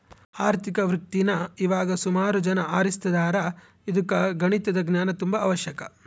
ಆರ್ಥಿಕ ವೃತ್ತೀನಾ ಇವಾಗ ಸುಮಾರು ಜನ ಆರಿಸ್ತದಾರ ಇದುಕ್ಕ ಗಣಿತದ ಜ್ಞಾನ ತುಂಬಾ ಅವಶ್ಯಕ